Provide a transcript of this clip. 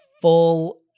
full